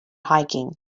hiking